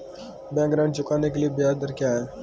Bank ऋण चुकाने के लिए ब्याज दर क्या है?